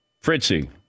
Fritzy